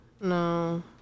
No